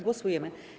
Głosujemy.